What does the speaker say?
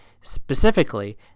specifically